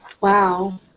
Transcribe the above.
Wow